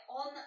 on